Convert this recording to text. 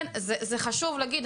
זה חשוב להגיד,